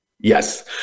Yes